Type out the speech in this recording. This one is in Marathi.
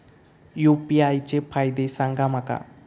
यू.पी.आय चे फायदे सांगा माका?